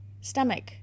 stomach